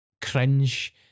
cringe